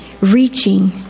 reaching